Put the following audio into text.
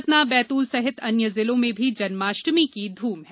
सतना बैतूल सहित अन्य जिलों में भी जम्नाष्टमी की धूम है